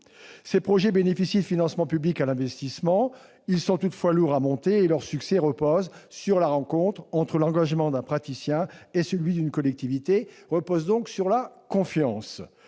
Ces projets bénéficient de dispositifs publics d'aide à l'investissement. Ils sont toutefois lourds à monter, leur succès repose sur la rencontre entre l'engagement d'un praticien et celui d'une collectivité, donc, sur la confiance.